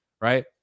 right